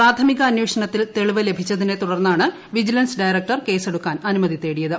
പ്രാഥമികാന്വേഷണത്തിൽ തെളിവ് ലഭിച്ചതിനെത്തുടർന്നാണ് vigilance director കേസെടുക്കാൻ അനുമതി തേടിയത്